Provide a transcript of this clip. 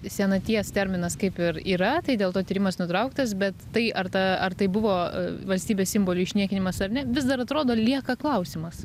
senaties terminas kaip ir yra tai dėl to tyrimas nutrauktas bet tai ar ta ar tai buvo valstybės simbolių išniekinimas ar ne vis dar atrodo lieka klausimas